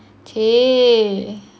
!chey!